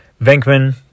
venkman